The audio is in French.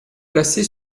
placé